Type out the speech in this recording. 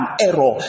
error